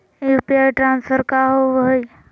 UPI transfer का होव हई?